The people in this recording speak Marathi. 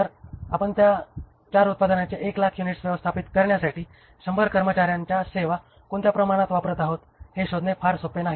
तर आपण त्या 4 उत्पादनांचे 1 लाख युनिट्स व्यवस्थापित करण्यासाठी 100 कर्मचार्यांच्या सेवा कोणत्या प्रमाणात वापरत आहोत हे शोधणे फार सोपे नाही